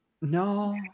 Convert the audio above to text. No